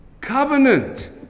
covenant